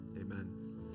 amen